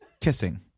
kissing